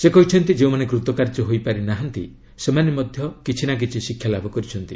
ସେ କହିଛନ୍ତି ଯେଉଁମାନେ କୃତକାର୍ଯ୍ୟ ହୋଇପାରନାହାନ୍ତି ସେମାନେ ମଧ୍ୟ କିଛିନା କିଛି ଶିକ୍ଷାଲାଭ କରିଛନ୍ତି